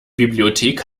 bibliothek